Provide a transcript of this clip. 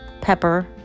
pepper